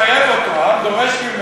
העם מחייב אותו, העם דורש ממנו.